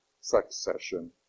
succession